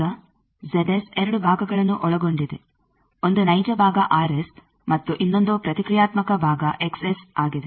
ಈಗ 2 ಭಾಗಗಳನ್ನು ಒಳಗೊಂಡಿದೆ ಒಂದು ನೈಜ ಭಾಗ ಮತ್ತು ಇನ್ನೊಂದು ಪ್ರತಿಕ್ರಿಯಾತ್ಮಕ ಭಾಗ ಆಗಿದೆ